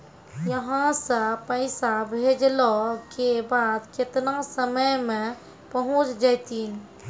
यहां सा पैसा भेजलो के बाद केतना समय मे पहुंच जैतीन?